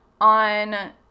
on